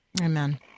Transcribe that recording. Amen